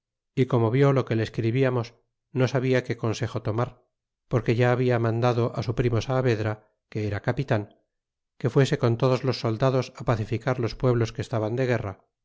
y corno vió lo que le escribíamos no sabia que consejo tomar porque ya había mandado á su primo saavedra que era capitan que fuese con todos los soldados pacificar los pueblos que estaban de guerra